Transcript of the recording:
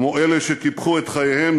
כמו אלה שקיפחו את חייהם